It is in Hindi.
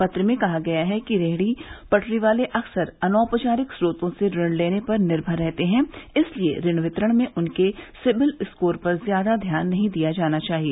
पत्र में कहा गया है कि रेहडी पटरी वाले अक्सर अनौपचारिक स्प्रोतों से ऋण लेने पर निर्मर रहते हैं इसलिए ऋण वितरण में उनके सिबिल स्कोर पर ज्यादा ध्यान नहीं दिया जाना चाहिए